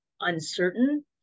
uncertain